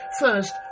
First